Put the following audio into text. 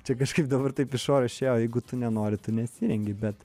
čia kažkaip dabar taip iš šono išėjo jeigu tu nenori tu nesirengi bet